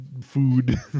food